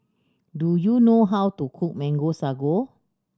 do you know how to cook Mango Sago